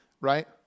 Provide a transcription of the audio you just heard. Right